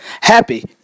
Happy